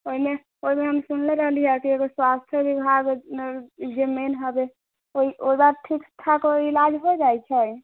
ओहिमे ओहिमे हम सुनने रहली हए कि एगो स्वास्थ्य विभाग जे मेन हबय ओ ओ बात ठीक ठाकसँ इलाज हो जाइत छै